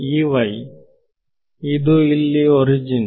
ಇದು ಇಲ್ಲಿ ಒರಿಜಿನ್